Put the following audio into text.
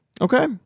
Okay